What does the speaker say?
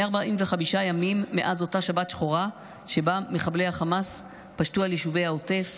145 ימים מאז אותה שבת שחורה שבה מחבלי החמאס פשטו על יישובי העוטף,